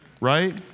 Right